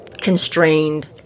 constrained